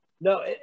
No